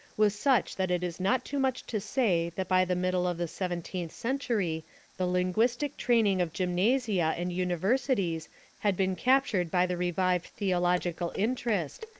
was such that it is not too much to say that by the middle of the seventeenth century the linguistic training of gymnasia and universities had been captured by the revived theological interest,